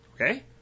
okay